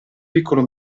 piccolo